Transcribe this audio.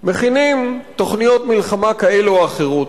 מכינים תוכניות מלחמה כאלה או אחרות,